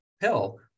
pill